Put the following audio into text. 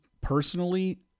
personally